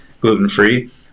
gluten-free